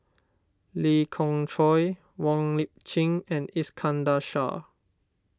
Lee Khoon Choy Wong Lip Chin and Iskandar Shah